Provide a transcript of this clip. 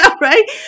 right